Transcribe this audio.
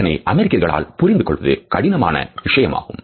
இதனை அமெரிக்கர்களால் புரிந்து கொள்வது கடினமான விஷயமாகும்